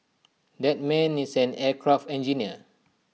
that man is an aircraft engineer